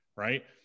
Right